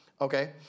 Okay